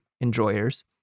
enjoyers